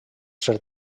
ser